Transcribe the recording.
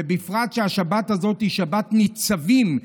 ובפרט שהשבת הזאת היא שבת ניצבים,